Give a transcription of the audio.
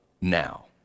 now